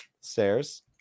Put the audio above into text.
stairs